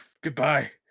Goodbye